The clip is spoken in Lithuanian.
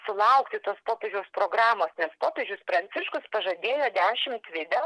sulaukti tos popiežiaus programos nes popiežius pranciškus pažadėjo dešimt video